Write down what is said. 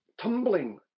tumbling